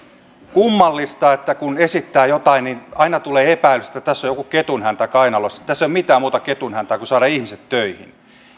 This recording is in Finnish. kummallista että kun esittää jotain niin aina tulee epäilys että tässä on joku ketunhäntä kainalossa tässä ei ole mitään muuta ketunhäntää kuin saada ihmiset töihin